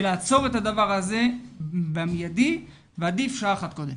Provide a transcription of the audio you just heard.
לעצור את הדבר הזה במיידי ועדיף שעה אחת קודם.